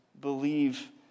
believe